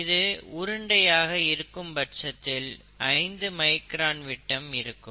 இது உருண்டையாக இருக்கும் பட்சத்தில் ஐந்து மைக்ரான் விட்டம் இருக்கும்